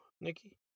Nikki